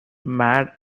mad